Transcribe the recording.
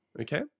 okay